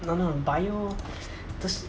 no no bio those